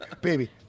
Baby